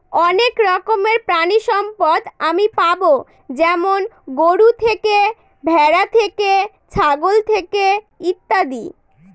অনেক রকমের প্রানীসম্পদ আমি পাবো যেমন গরু থেকে, ভ্যাড়া থেকে, ছাগল থেকে ইত্যাদি